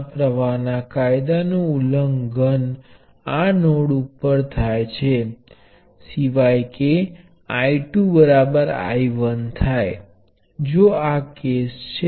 જ્યારે આપણી પાસે સંખ્યાબંધ ટર્મિનલ એલિમેન્ટો સમાંતર જોડાણમાં છે